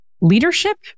leadership